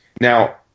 Now